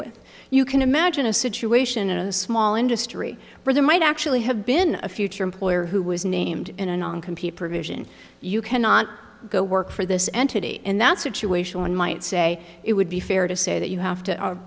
with you can imagine a situation in a small industry where there might actually have been a future employer who was named in a non computer provision you cannot go work for this entity in that situation one might say it would be fair to say that you have to